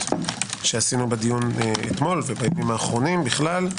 שעשינו בדיון אתמול ובימים האחרונים בכלל,